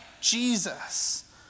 Jesus